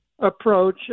approach